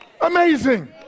Amazing